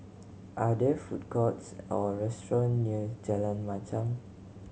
are there food courts or restaurant near Jalan Machang